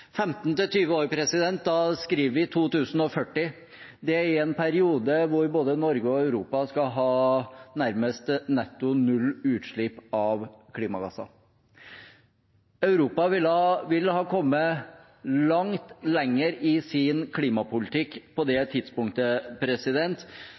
år: Da skriver vi 2040. Det er i en periode hvor både Norge og Europa skal ha nærmest netto null utslipp av klimagasser. Europa vil ha kommet langt lenger i sin klimapolitikk på det